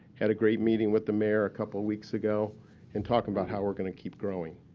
had a great meeting with the mayor a couple of weeks ago and talking about how we're going to keep growing.